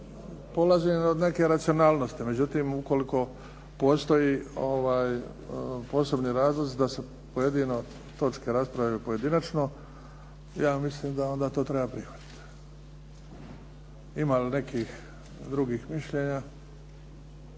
Polazim od neke racionalnosti. Međutim ukoliko postoji posebni razlozi da se točke rasprave pojedinačno, ja mislim da to treba prihvatiti. Ima li nekih drugih mišljenja?